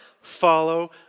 follow